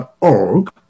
org